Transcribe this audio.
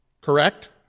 Correct